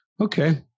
Okay